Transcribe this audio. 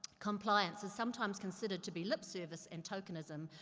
compliance is sometimes considered to be lip-service and tokenism.